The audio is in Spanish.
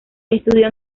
estudió